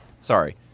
sorry